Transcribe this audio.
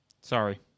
Sorry